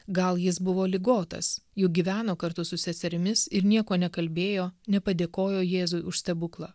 gal jis buvo ligotas juk gyveno kartu su seserimis ir nieko nekalbėjo nepadėkojo jėzui už stebuklą